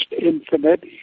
infinite